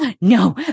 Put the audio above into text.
No